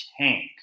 tank